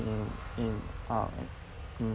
in in um mm